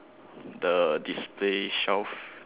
the display shelf